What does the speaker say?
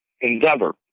endeavor